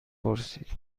پرسید